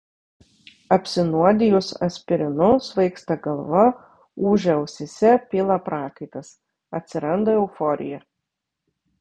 apsinuodijus aspirinu svaigsta galva ūžia ausyse pila prakaitas atsiranda euforija